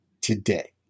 today